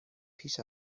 پیش